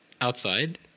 outside